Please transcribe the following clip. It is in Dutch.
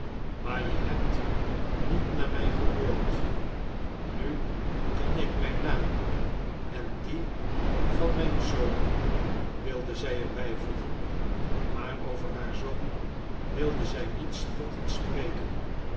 maar je hebt niet naar mij gehoord nu kan ik mijn naam en dien van mijn zoon wilde zij er bijvoegen maar over haar zoon wilde zij niet spottend spreken